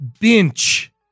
bench